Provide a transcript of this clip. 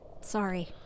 Sorry